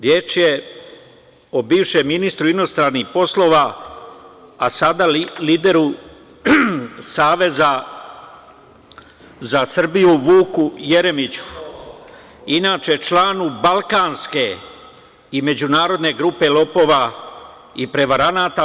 Reč je o bivšem ministru inostranih poslova, a sada lideru Saveza za Srbiju, Vuku Jeremiću, inače, članu balkanske i međunarodne grupe lopova i prevaranata.